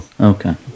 Okay